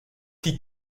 die